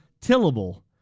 Tillable